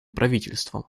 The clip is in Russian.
правительством